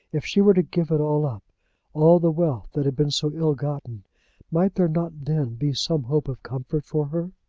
if she were to give it all up all the wealth that had been so ill-gotten might there not then be some hope of comfort for her?